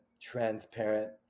transparent